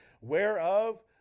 whereof